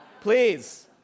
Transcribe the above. Please